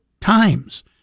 times